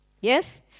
Yes